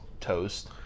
toast